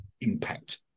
impact